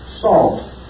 salt